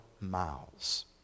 miles